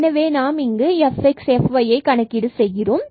எனவே நாம் இதை fxfyஐ கணக்கீடு செய்கின்றோம்